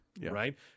right